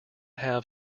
have